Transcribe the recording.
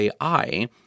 AI